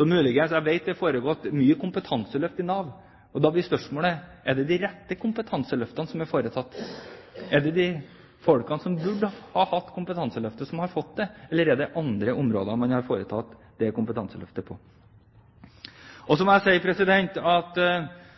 Jeg vet at det har foregått mye kompetanseløft i Nav, og da blir spørsmålet: Er det de rette kompetanseløftene som er foretatt? Er det de folkene som burde hatt kompetanse, som har fått det, eller er det på andre områder man har foretatt det kompetanseløftet? Så må jeg si at jeg er litt overrasket over den holdningen representanten Trettebergstuen gir uttrykk for fra denne talerstolen. Hun viser til at